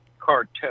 cartel